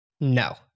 No